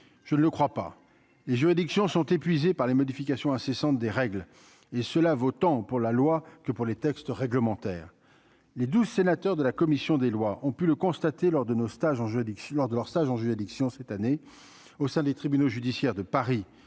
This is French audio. je ne le crois pas, les juridictions sont épuisés par les modifications incessantes des règles, et cela vaut tant pour la loi que pour les textes réglementaires, les 12 sénateurs de la commission des lois ont pu le constater lors de nos stages jeu Dixie lors de leur stage en juridiction cette année au sein des tribunaux judiciaires de Paris,